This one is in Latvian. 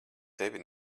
tevi